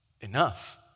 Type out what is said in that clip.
enough